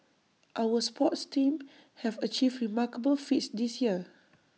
our sports teams have achieved remarkable feats this year